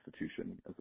institution